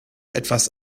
etwas